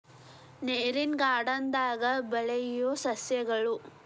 ನೇರಿನ ಗಾರ್ಡನ್ ದಾಗ ಬೆಳಿಯು ಸಸ್ಯಗಳು